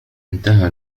انتهى